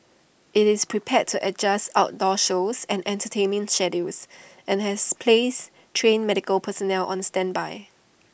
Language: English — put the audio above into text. IT is prepared to adjust outdoor shows and entertainment schedules and has placed trained medical personnel on standby